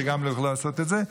שגם יוכלו לעשות את זה.